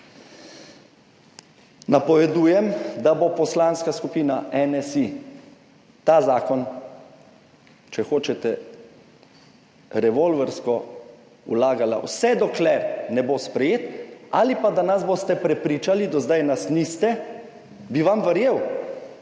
Napovedujem, da bo Poslanska skupina NSi ta zakon, če hočete, revolversko vlagala, vse dokler ne bo sprejet ali pa, da nas boste prepričali – do zdaj nas niste – bi vam verjel,